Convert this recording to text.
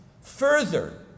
further